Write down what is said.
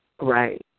Right